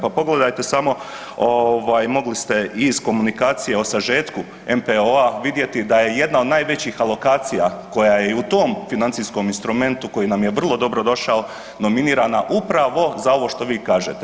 Pa pogledajte samo, mogli ste i iz komunikacije o sažetku MPO-a vidjeti da je jedna od najvećih alokacija koja je u tom financijskom instrumentu koji nam je vrlo dobrodošao, nominirana upravo za ovo što vi kažete.